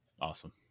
Awesome